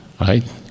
right